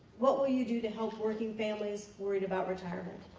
what will you do to help working families worried about retirement.